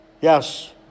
Yes